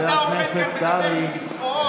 אתה עומד כאן ומדבר מילים גבוהות.